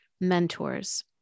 mentors